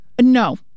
no